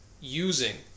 using